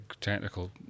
technical